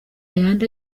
yandi